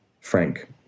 Frank